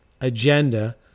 agenda